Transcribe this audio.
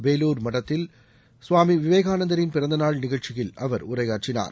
பேளுர் மடத்தில் கவாமி விவேகானந்தரின் பிறந்த நாள் நிகழ்ச்சியில் அவர் கொல்கத்தா உரையாற்றினார்